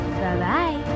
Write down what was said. Bye-bye